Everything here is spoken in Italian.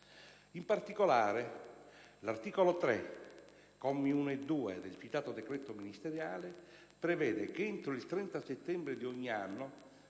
In particolare, l'articolo 3, commi 1 e 2, del citato decreto ministeriale, prevede che entro il 30 settembre di ogni anno